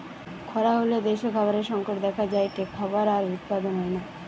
খরা হলে দ্যাশে খাবারের সংকট দেখা যায়টে, খাবার আর উৎপাদন হয়না